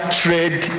trade